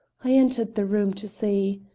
i entered the room to see.